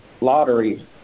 lottery